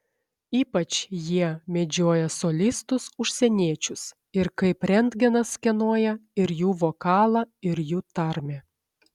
ypač jie medžioja solistus užsieniečius ir kaip rentgenas skenuoja ir jų vokalą ir jų tarmę